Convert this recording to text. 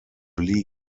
lee